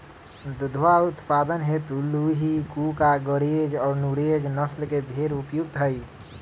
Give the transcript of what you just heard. दुधवा उत्पादन हेतु लूही, कूका, गरेज और नुरेज नस्ल के भेंड़ उपयुक्त हई